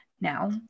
Now